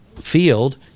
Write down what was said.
field